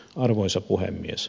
arvoisa puhemies